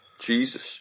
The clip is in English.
Jesus